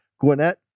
Gwinnett